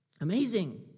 Amazing